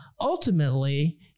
ultimately